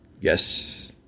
yes